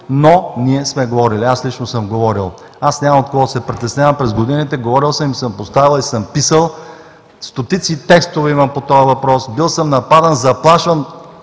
Но, ние сме говорили, аз лично съм говорил. Аз нямам от какво да се притеснявам през годините – говорил съм и съм я поставял, и съм писал. Стотици текстове имам по този въпрос. Бил съм нападан, заплашван,